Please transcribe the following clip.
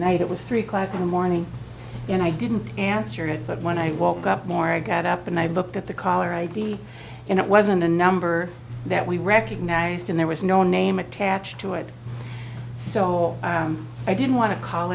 night it was three o'clock in the morning and i didn't answer it but when i woke up more i got up and i looked at the caller id and it wasn't a number that we recognized and there was no name attached to it so i didn't want to call